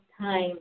time